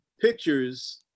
pictures